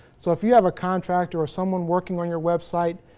so if you have a contractor or someone working on your website,